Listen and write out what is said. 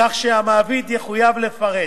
כך שהמעביד יחויב לפרט